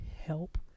help